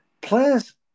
players